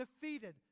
defeated